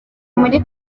muri